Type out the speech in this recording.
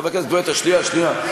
חבר הכנסת גואטה, שנייה, שנייה.